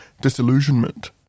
disillusionment